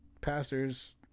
pastors